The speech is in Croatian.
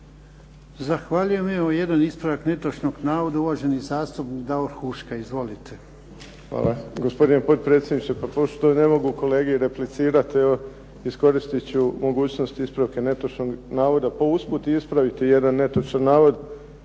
Zahvaljujem. Imamo jedan ispravak netočnog navoda uvaženi zastupnik Davor Huška. Izvolite. **Huška, Davor (HDZ)** Gospodine predsjedniče, pa pošto ne mogu kolegi replicirati iskoristit ću mogućnost ispravka netočnog navoda pa usput i ispraviti jedan netočan navod,